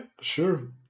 sure